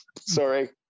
Sorry